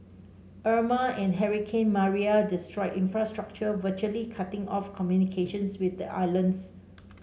Irma and hurricane Maria destroyed infrastructure virtually cutting off communication with the islands